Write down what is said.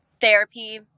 Therapy